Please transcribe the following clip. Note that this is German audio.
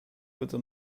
bitte